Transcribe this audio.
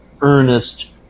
earnest